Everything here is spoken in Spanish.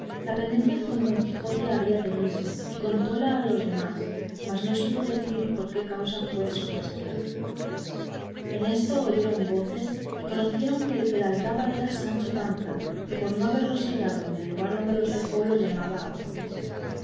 la pendencia que con don quijote había tenido y contóla a los demás mas no supo decir por qué causa fue su quistión en esto oyeron voces y conocieron que el que las daba era sancho panza que por no haberlos hallado en el lugar donde los dejó los llamaba a voces